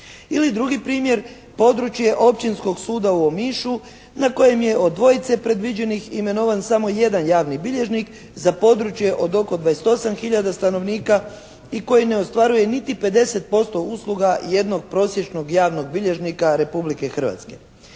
Ili drugi primjer, područje Općinskog suda u Omišu na kojem je od dvojice predviđenih imenovan samo jedan javni bilježnik za područje od oko 28 hiljada stanovnika i koji ne ostvaruje niti 50% usluga jednog prosječnog javnog bilježnika Republike Hrvatske.